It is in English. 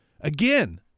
again